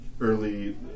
Early